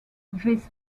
this